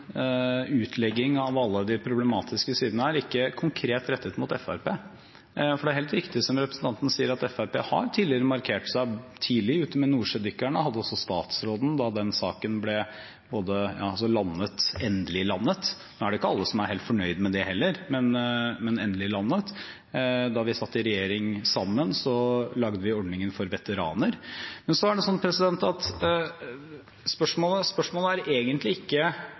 utlegging av alle de problematiske sidene her ikke konkret rettet mot Fremskrittspartiet, for det er helt riktig som representanten sier, at Fremskrittspartiet tidligere har markert seg, at de var tidlig ute med nordsjødykkerne og hadde også statsråden da den saken endelig landet – nå er det ikke alle som er helt fornøyd med det heller. Da vi satt i regjering sammen, lagde vi ordningen for veteraner. Men spørsmålet er